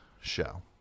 show